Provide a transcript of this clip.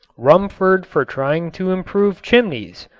rumford for trying to improve chimneys,